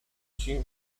she